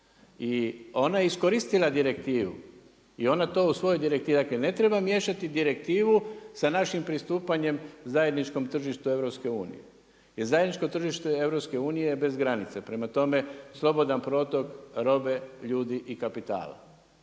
i ona je iskoristila direktivu i ona to u svojoj direktivi ne treba miješati direktivnu sa našim pristupanjem zajedničkom tržištu EU, jer zajedničko tržište EU bez granice, prema tome slobodan protok robe, ljudi i kapitala.